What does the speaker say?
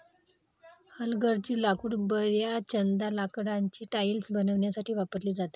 हलगर्जी लाकूड बर्याचदा लाकडाची टाइल्स बनवण्यासाठी वापरली जाते